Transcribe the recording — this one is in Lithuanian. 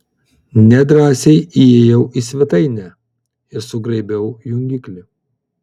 nedrąsiai įėjau į svetainę ir sugraibiau jungiklį